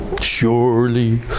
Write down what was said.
Surely